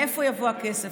מאיפה יבוא הכסף?